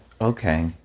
Okay